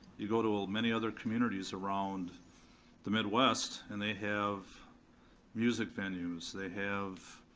you go to many other communities around the midwest, and they have music venues, they have